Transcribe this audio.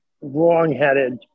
wrongheaded